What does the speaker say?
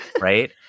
right